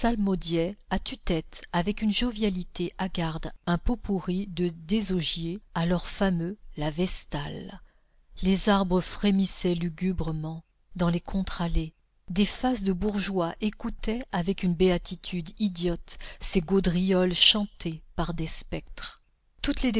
à tue-tête avec une jovialité hagarde un pot pourri de désaugiers alors fameux la vestale les arbres frémissaient lugubrement dans les contre-allées des faces de bourgeois écoutaient avec une béatitude idiote ces gaudrioles chantées par des spectres toutes les